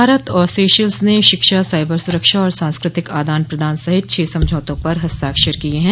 भारत और सेशल्स ने शिक्षा साईबर सुरक्षा और सांस्कृतिक आदान प्रदान सहित छह समझौतों पर हस्ताक्षर किये हैं